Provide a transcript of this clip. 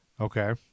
Okay